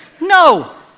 No